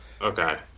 Okay